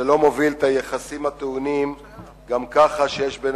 זה מוביל את היחסים הטעונים גם ככה שיש בין